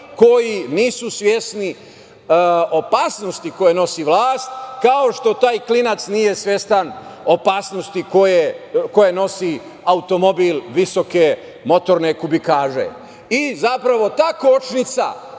koji nisu svesni opasnosti koje nosi vlasti, kao što taj klinac nije svestan opasnosti koju nosi automobil visoke motorne kubikaže. Zapravo, ta kočnica,